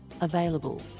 available